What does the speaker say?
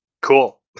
Cool